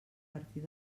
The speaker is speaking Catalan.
partir